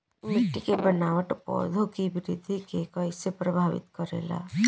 मिट्टी के बनावट पौधों की वृद्धि के कईसे प्रभावित करेला?